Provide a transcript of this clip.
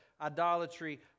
idolatry